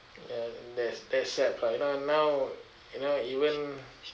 ya that that's sad lah you know now you know even